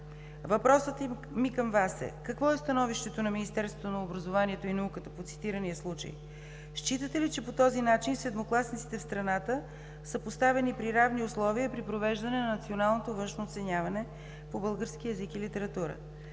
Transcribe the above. Въпросът ми към Вас е: какво е становището на Министерството на образованието и науката по цитирания случай? Считате ли, че по този начин седмокласниците в страната са поставени при равни условия при провеждане на Националното външно оценяване по български език и литература?